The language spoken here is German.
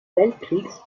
weltkriegs